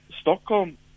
Stockholm